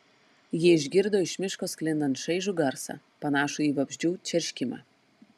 ji išgirdo iš miško sklindant šaižų garsą panašų į vabzdžių čerškimą